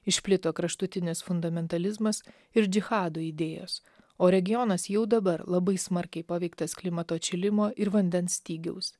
išplito kraštutinis fundamentalizmas ir džihado idėjos o regionas jau dabar labai smarkiai paveiktas klimato atšilimo ir vandens stygiaus